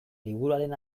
liburuaren